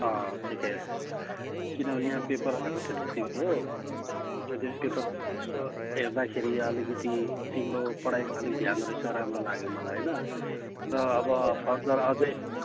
अँ ठिकै रहेछ किनभने यहाँ पेपर आएको थियो त तिम्रो पेपर यसो हेर्दाखेरि अलिकति तिम्रो पढाईमा अलिक ध्यान रहेछ राम्रो लाग्यो मलाई होइन र अब फरदर अझै